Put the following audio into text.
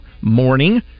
morning